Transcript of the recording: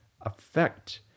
affect